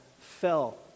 fell